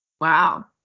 Wow